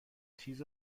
تیز